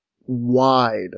wide